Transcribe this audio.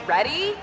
Ready